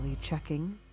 checking